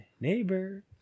neighbor